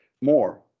more